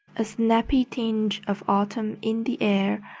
a snappy tinge of autumn in the air,